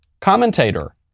commentator